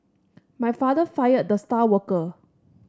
my father fired the star worker